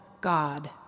God